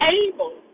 able